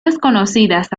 desconocidas